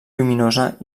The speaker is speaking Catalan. lluminosa